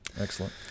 Excellent